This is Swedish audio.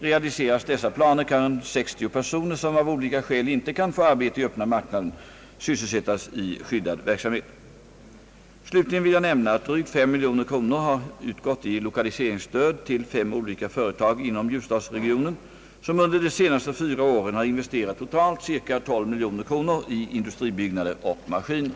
Realiseras dessa planer kan 60 personer, som av olika skäl inte kan få arbete i öppna marknaden, sysselsättas i skyddad verksamhet. Slutligen vill jag nämna, att drygt 5 miljoner kronor har utgått i lokaliseringsstöd till fem olika företag inom ljusdalsregionen som under de senaste fyra åren har investerat totalt ca 12 miljoner kronor i industribyggnader och maskiner.